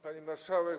Pani Marszałek!